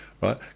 right